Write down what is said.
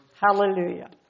Hallelujah